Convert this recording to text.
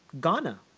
Ghana